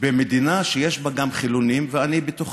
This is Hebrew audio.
במדינה שיש בה גם חילונים, ואני בתוכם.